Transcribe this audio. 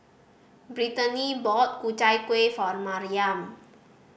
Britany bought Ku Chai Kueh for Maryam